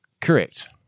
Correct